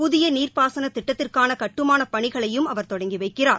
புதிய நீர்பாசனத் திட்டத்திற்கான கட்டுமானப் பணிகளையும் அவர் தொடங்கி வைக்கிறார்